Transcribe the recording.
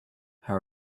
how